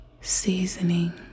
seasoning